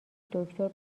دکتر